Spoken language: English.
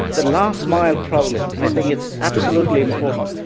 the last-mile problem, i think it's absolutely important.